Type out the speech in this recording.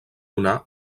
donar